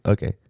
Okay